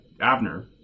Abner